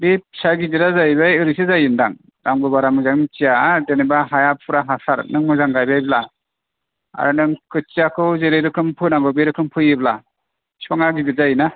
बे फिसा गिदिरा जाहैबाय ओरैसो जायोदां आंबो बारा मोजाङै मिन्थिया जेनेबा हाया फुरा हासार नों मोजां गायबायब्ला आरो नों खोथियाखौ जेरै रोखोम फोनांगौ बे रोखोम फोयोब्ला बिफाङा गिदिर जायो ना